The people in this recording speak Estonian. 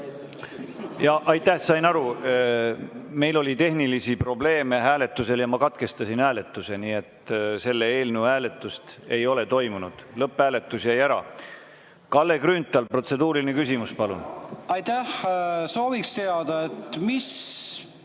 Aitäh! Sain aru. Meil oli tehnilisi probleeme hääletusel ja ma katkestasin hääletuse, nii et selle eelnõu hääletust ei ole toimunud. Lõpphääletus jäi ära. Kalle Grünthal, protseduuriline küsimus, palun! Aitäh! Ma sooviksin teada, mis